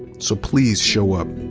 so please show up.